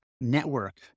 network